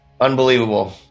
Unbelievable